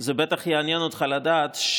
זה בטח יעניין אותך לדעת,